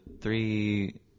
three